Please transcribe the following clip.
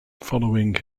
following